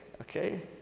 Okay